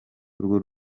urwo